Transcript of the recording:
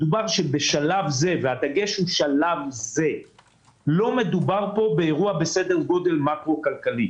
בשלב זה לא מדובר באירוע בסדר גודל מקרו כלכלי.